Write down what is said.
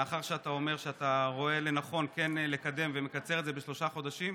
מאחר שאתה אומר שאתה רואה לנכון כן לקדם ולקצר את זה לשלושה חודשים,